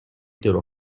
درو